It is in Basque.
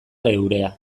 geurea